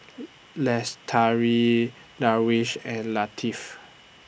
Lestari Darwish and Latif